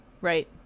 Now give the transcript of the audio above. Right